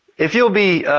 if you'll be